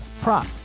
prop